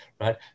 right